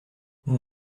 vous